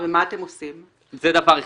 דבר שני,